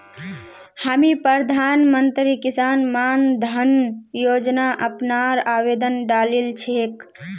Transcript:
हामी प्रधानमंत्री किसान मान धन योजना अपनार आवेदन डालील छेक